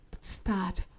start